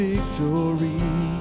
victory